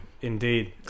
Indeed